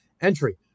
entry